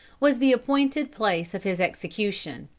was the appointed place of his execution.